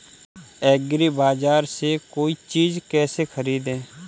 एग्रीबाजार से कोई चीज केसे खरीदें?